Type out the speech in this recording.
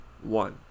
One